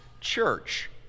church